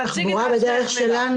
--- מארגון התחבורה בדרך שלנו.